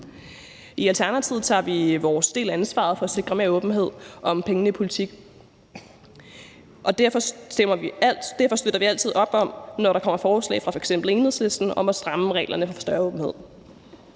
I Alternativet tager vi vores del af ansvaret for at sikre mere åbenhed om pengene i politik, og derfor støtter vi altid op, når der kommer forslag fra f.eks. Enhedslisten om at stramme reglerne for at få større åbenhed.